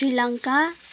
Sri Lanka